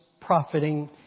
profiting